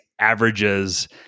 averages